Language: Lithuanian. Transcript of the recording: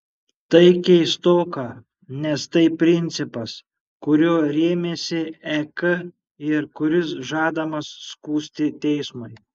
tai keistoka nes tai principas kuriuo rėmėsi ek ir kuris žadamas skųsti teismui